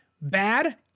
bad